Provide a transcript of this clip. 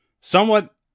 somewhat